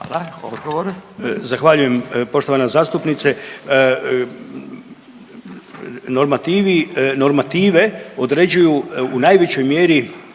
Zahvaljujem. Poštovana zastupnice, normativi, normative određuju u najvećoj mjeri